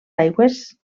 aigües